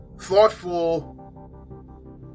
thoughtful